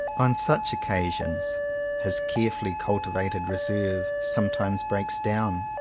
on such occasions his carefully cultivated reserve sometimes breaks down,